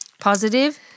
Positive